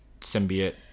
symbiote